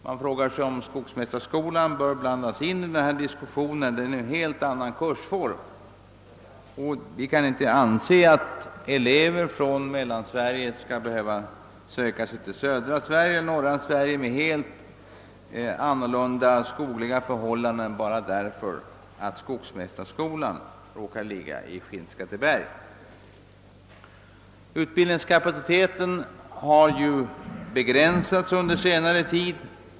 Man frågar sig om skogsmästarskolan behöver inblandas i denna diskussion, eftersom det där är fråga om en helt annan kursform. Vi tycker inte att elever från Mellansverige skall behöva söka sig till södra eller norra Sverige med dessas helt annorlunda skogliga förhållanden enbart därför att skogsmästarskolan råkar ligga i Skinnskatteberg. Utbildningskapaciteten har under senare tid begränsats.